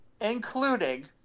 including